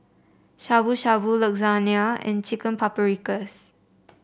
Shabu Shabu Lasagne and Chicken Paprikas